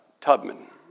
Tubman